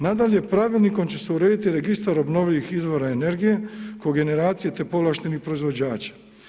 Nadalje, pravilnikom će se urediti Registar obnovljivih izvora energije, kogeneracija te povlaštenih proizvođača.